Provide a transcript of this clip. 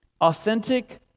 authentic